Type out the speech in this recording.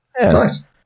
Nice